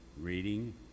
reading